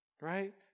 Right